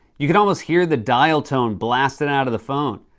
you can almost hear the dial tone blasting out of the phone.